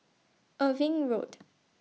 Irving Road